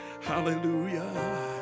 Hallelujah